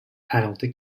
penalty